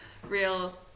real